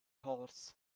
horse